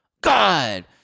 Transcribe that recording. God